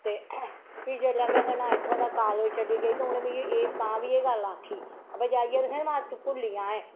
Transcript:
ते फ्ही जेल्लै मीं इत्थूं दा कालेज छड्डी गेई ते उनें मिगी एह् तां बी एह् गल्ल आक्खी अवा जाइयै दिक्खेआं मत भुल्ली जाएं